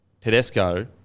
tedesco